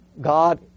God